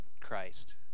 Christ